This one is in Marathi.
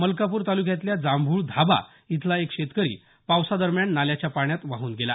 मलकापूर तालुक्यतल्या जांभूळ धाबा इथला एक शेतकरी पावसादरम्यान नाल्याच्या पाण्यात वाहून गेला